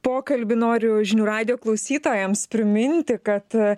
pokalbį noriu žinių radijo klausytojams priminti kad